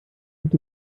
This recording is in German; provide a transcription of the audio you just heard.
gibt